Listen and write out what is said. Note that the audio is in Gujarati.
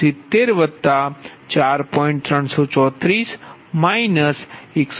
334 184